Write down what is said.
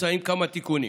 מוצעים כמה תיקונים: